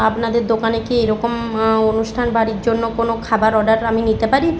আপনাদের দোকানে কি এরকম অনুষ্ঠান বাড়ির জন্য কোনো খাবার অর্ডার আমি নিতে পারি